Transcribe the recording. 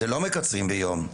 לא מקצרים ביום.